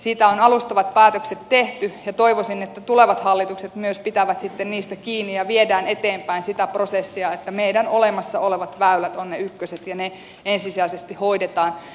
siitä on alustavat päätökset tehty ja toivoisin että tulevat hallitukset myös pitävät sitten niistä kiinni ja viedään eteenpäin sitä prosessia että meidän olemassa olevat väylät ovat ne ykköset ja ne ensisijaisesti hoidetaan